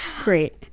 Great